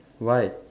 why